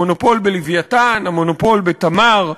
המונופול ב"לווייתן", המונופול ב"תמר".